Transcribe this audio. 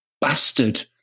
bastard